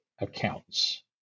accounts